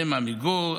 והן עמיגור,